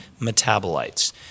metabolites